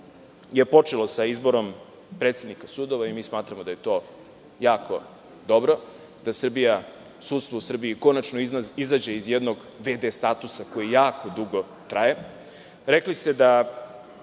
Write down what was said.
je počelo sa izborom predsednika sudova i smatramo da je to jako dobro, da sudstvo u Srbiji konačno izađe iz jednog v.d. statusa koji jako dugo traje.